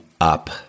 up